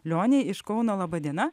lionei iš kauno laba diena